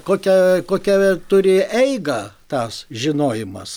kokią kokią turi eigą tas žinojimas